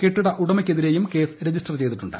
കെട്ടിട ഉടമയ്ക്കെതിരെയും case register ചെയ്തിട്ടുണ്ട്